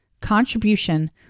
contribution